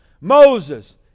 Moses